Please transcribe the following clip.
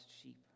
sheep